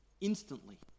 instantly